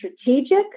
strategic